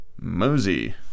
Mosey